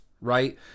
right